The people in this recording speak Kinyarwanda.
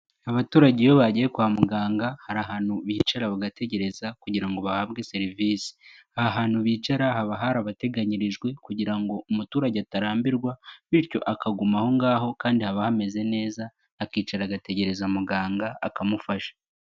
Abaturage iyo bagiye kwa muganga hari ahantu bicara bagategereza kugira ngo bahabwe serivisi, aha hantu bicara haba harabateganyirijwe kugira ngo umuturage atarambirwa bityo akaguma aho ngaho kandi haba hameze neza, akicara agategereza muganga akamufasha.